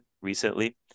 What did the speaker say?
recently